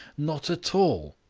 not at all.